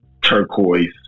turquoise